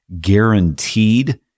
guaranteed